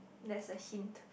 that's a hint